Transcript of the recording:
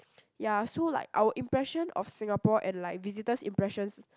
ya so like our impression of Singapore and like visitor's impressions